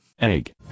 Egg